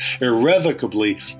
irrevocably